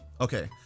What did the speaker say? Okay